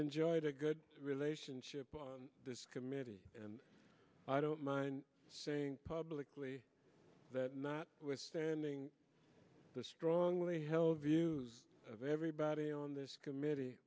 enjoyed a good relationship with this committee and i don't mind saying publicly that not withstanding the strongly held views of everybody on this committee